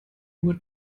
nur